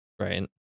Right